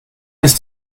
ist